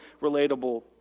relatable